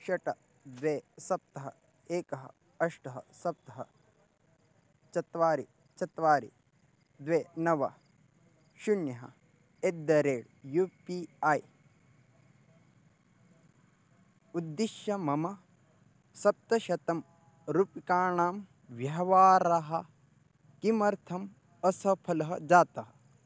षट् द्वे सप्त एकं अष्ट सप्त चत्वारि चत्वारि द्वे नव शून्यं at the rate U P I उद्दिश्य मम सप्तशतरूप्यकाणां व्यवहारः किमर्थम् असफलः जातः